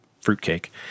fruitcake